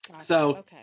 So-